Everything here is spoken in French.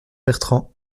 bertrand